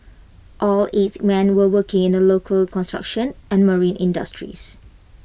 all eight men were working in the local construction and marine industries